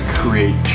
create